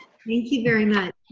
thank you very much,